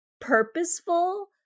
purposeful